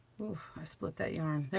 whoo, i split that yarn, there